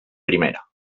primera